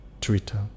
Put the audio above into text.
Twitter